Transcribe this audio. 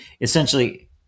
essentially